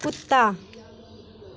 कुत्ता